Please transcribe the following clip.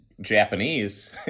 japanese